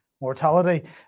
mortality